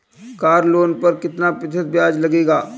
Car loan पर कितना प्रतिशत ब्याज लगेगा?